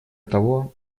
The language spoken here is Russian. того